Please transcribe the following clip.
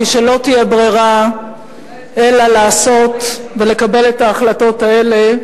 שלא תהיה ברירה אלא לעשות ולקבל את ההחלטות האלה,